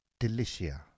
Delicia